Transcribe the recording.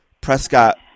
Prescott